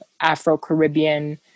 afro-caribbean